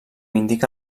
indica